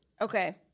Okay